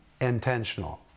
intentional